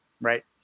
right